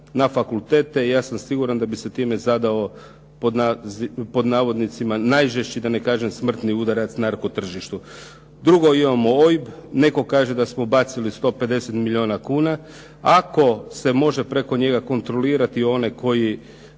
na fakultete. Ja sam siguran da bi se time zadao pod navodnicima najžešći da ne kažem smrtni udarac narko tržištu. Drugo imamo OIB. Netko kaže da smo bacili 150 milijuna kuna. Ako se može preko njega kontrolirati one koji